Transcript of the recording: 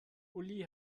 uli